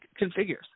configures